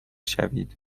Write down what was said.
شوید